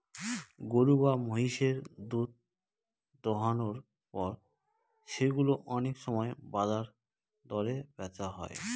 গরু বা মহিষের দুধ দোহানোর পর সেগুলো অনেক সময় বাজার দরে বেচা হয়